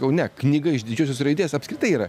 kaune knyga iš didžiosios raidės apskritai yra